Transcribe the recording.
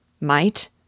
Might